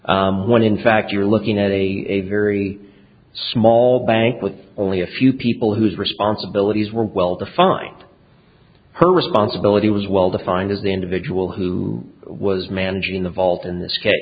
this when in fact you're looking at a very small bank with only a few people whose responsibilities were well defined her responsibility was well defined as an individual who was managing the vault in this case